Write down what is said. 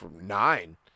Nine